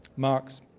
marx,